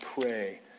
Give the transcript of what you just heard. pray